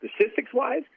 statistics-wise